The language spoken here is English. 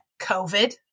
COVID